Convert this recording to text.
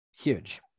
Huge